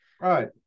Right